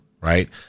right